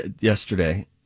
Yesterday